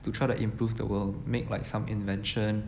to try to improve the world make like some invention